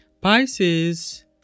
Pisces